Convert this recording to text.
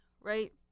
right